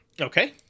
Okay